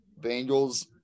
Bengals